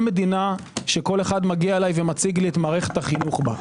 מדינה שכל אחד מגיע אליי ומציג לי את מערכת החינוך בה.